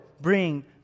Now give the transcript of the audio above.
bring